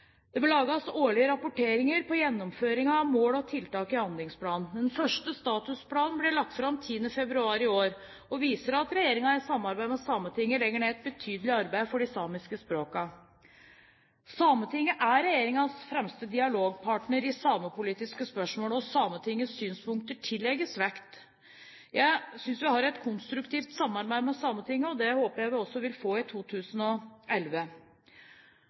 Det vil lages årlige rapporteringer på gjennomføringen av mål og tiltak i handlingsplanen. Den første statusplanen ble lagt fram 10. februar i år og viser at regjeringen, i samarbeid med Sametinget, legger ned et betydelig arbeid for de samiske språkene. Sametinget er regjeringens fremste dialogpartner i samepolitiske spørsmål, og Sametingets synspunkter tillegges vekt. Jeg synes vi har et konstruktivt samarbeid med Sametinget, og det håper jeg vi også vil få i 2011.